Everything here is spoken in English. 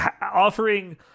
offering